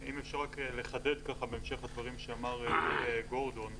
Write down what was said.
אם אפשר לחדד בהמשך הדברים שאמר גורדון.